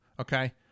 okay